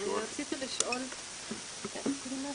רציתי לשאול את רויטל,